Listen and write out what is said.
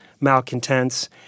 malcontents